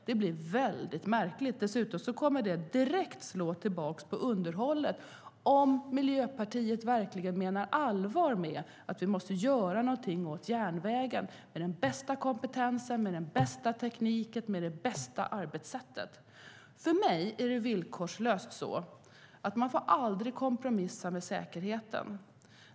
Det blir väldigt märkligt, och dessutom kommer det att direkt slå tillbaka på underhållet om Miljöpartiet verkligen menar allvar med att vi måste göra någonting åt järnvägen, med den bästa kompetensen, den bästa tekniken och det bästa arbetssättet. För mig är det villkorslöst så att man aldrig får kompromissa med säkerheten.